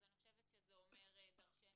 אז אני חושבת שזה אומר דרשני.